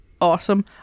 awesome